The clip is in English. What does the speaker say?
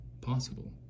possible